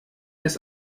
das